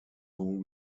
who